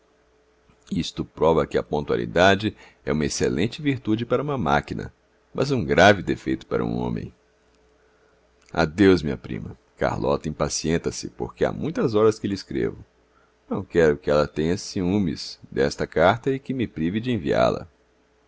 isto prova que a pontualidade é uma excelente virtude para uma máquina mas um grave defeito para um homem adeus minha prima carlota impacienta se porque há muitas horas que lhe escrevo não quero que ela tenha ciúmes desta carta e que me prive de enviá la